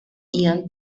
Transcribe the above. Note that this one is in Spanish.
ian